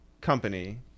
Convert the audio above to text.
company